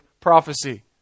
prophecy